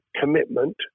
commitment